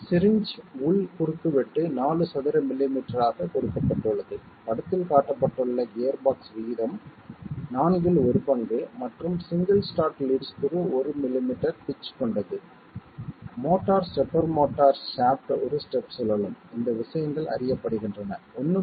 syringe உள் குறுக்குவெட்டு 4 சதுர மில்லிமீட்டராக கொடுக்கப்பட்டுள்ளது படத்தில் காட்டப்பட்டுள்ள கியர்பாக்ஸ் விகிதம் நான்கில் ஒரு பங்கு மற்றும் single start lead screw 1 millimetre pitch கொண்டது மோட்டார் ஸ்டெப்பர் மோட்டார் ஷாஃப்ட் ஒரு ஸ்டெப் சுழலும் இந்த விஷயங்கள் அறியப்படுகின்றன 1